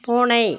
பூனை